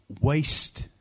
waste